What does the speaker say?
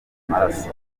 amaraso